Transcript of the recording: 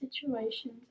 situations